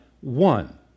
one